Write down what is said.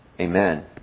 Amen